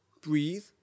Breathe